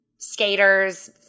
skaters